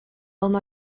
ona